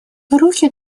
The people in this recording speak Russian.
руки